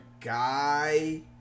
guy